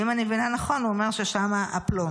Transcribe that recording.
ואם אני מבינה נכון, הוא אומר ששמה הפלונטר.